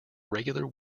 regular